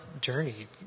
journey